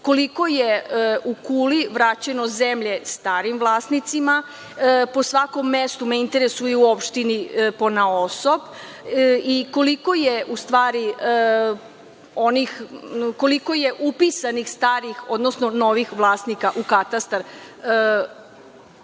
koliko je u Kuli vraćeno zemlje starim vlasnicima? Po svakom mestu me interesuje ponaosob i koliko je u stvari upisanih starih, odnosno novih vlasnika u katastar